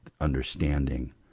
understanding